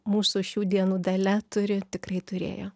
mūsų šių dienų dalia turi tikrai turėjo